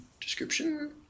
description